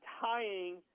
tying